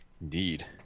indeed